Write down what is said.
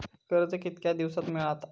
कर्ज कितक्या दिवसात मेळता?